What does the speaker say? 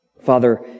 Father